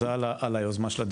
תודה רבה על היוזמה של הדיון,